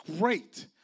great